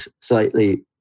slightly